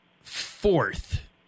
fourth